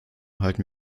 halten